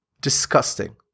Disgusting